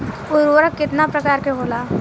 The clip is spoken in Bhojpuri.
उर्वरक केतना प्रकार के होला?